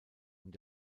und